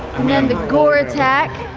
and gore attack.